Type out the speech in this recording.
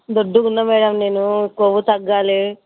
దోడ్డుగా ఉన్నా మ్యాడమ్ నేను కొవ్వు తగ్గాలి